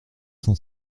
cent